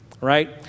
Right